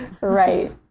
right